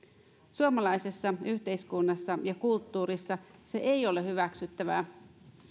suomalaisessa yhteiskunnassa ja kulttuurissa se ei ole hyväksyttävää